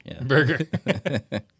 Burger